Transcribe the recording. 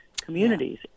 communities